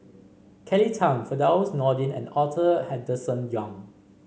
Kelly Tang Firdaus Nordin and Arthur Henderson Young